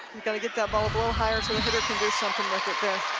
got to get that ball up a littlehigher so the hitter can do something with it there.